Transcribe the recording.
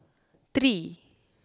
three